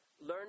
Learn